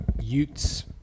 Utes